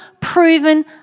proven